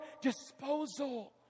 disposal